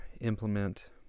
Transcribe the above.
implement